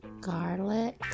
garlic